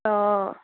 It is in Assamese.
অঁ